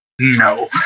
no